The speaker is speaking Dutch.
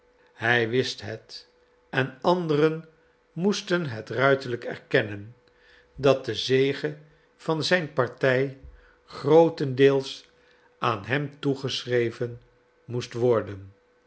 hij wist het en anderen moesten het ruiterlijk erkennen dat de zege van zijn partij grootendeels aan hem toegeschreven moest worden